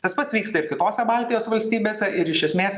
tas pats vyksta ir kitose baltijos valstybėse ir iš esmės